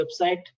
website